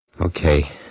Okay